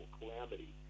calamity